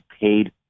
paid